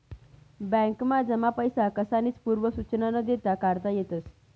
बॅकमा जमा पैसा कसानीच पूर्व सुचना न देता काढता येतस